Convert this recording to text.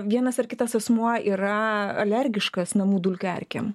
vienas ar kitas asmuo yra alergiškas namų dulkių erkėm